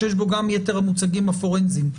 שנמצאים גם יתר הממצאים הפורנזיים.